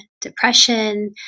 depression